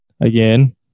again